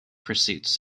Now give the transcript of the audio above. pursuits